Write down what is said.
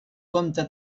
compte